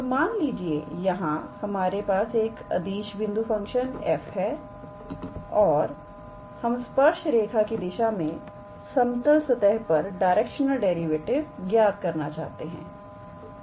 तो मान लीजिए यहां हमारे पास एक अदिश बिंदु फंक्शन f हैऔर हम स्पर्श रेखा की दिशा में समतल सतह पर डायरेक्शनल डेरिवेटिव ज्ञात करना चाहते हैं